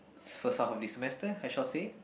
first half of this semester I shall say